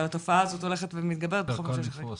אבל התופעה הזאת הולכת ומתגברת בתקופות של חגים.